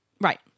Right